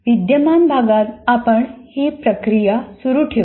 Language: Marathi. विद्यमान भागात आपण ही प्रक्रिया सुरू ठेवू